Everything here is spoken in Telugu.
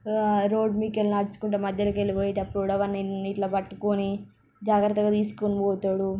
రోడ్ మీదకెళ్ళి నడుచుకుంటూ మధ్యలోకెళ్ళి పోయెటప్పుడు కూడా వాడిని నేనిట్లా పట్టుకొని జాగ్రత్తగా తీసుకొని పోతాడు